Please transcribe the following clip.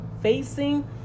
facing